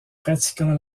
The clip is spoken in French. pratiquant